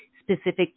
specific